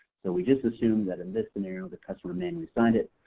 so, we just assume that in this scenario the customer manually signed it,